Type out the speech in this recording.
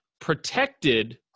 protected